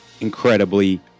incredibly